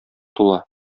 тула